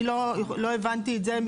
אני לא הבנתי את זה.